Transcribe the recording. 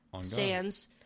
Sands